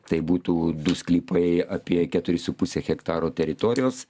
tai būtų du sklypai apie keturi su puse hektaro teritorijos